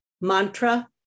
mantra